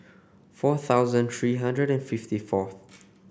four thousand three hundred and fifty fourth